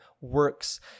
works